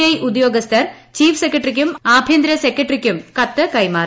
I ഉദ്യോഗസ്ഥർ chief സെക്രട്ടറിയ്ക്കും ആഭ്യന്തര സ്പ്രക്ട്ടറിക്കും കത്ത് കൈമാറി